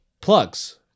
plugs